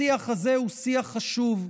השיח הזה הוא שיח חשוב,